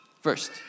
First